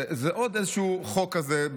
זה עוד איזשהו חוק כזה,